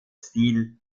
stil